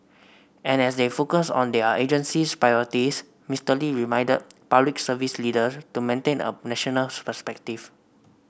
and as they focus on their agency's priorities Mister Lee reminded Public Service leader to maintain a national perspective